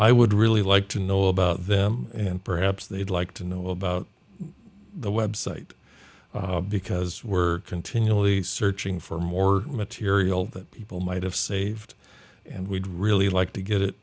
i would really like to know about them and perhaps they'd like to know about the website because we're continually searching for more material that people might have saved and we'd really like to get it